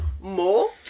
more